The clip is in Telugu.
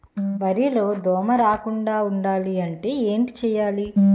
వరిలో దోమ రాకుండ ఉండాలంటే ఏంటి చేయాలి?